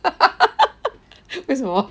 为什么